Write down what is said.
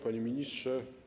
Panie Ministrze!